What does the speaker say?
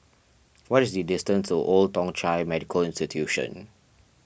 what is the distance to Old Thong Chai Medical Institution